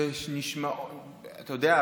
אתה יודע,